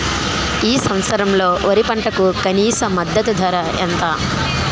ఈ సంవత్సరంలో వరి పంటకు కనీస మద్దతు ధర ఎంత?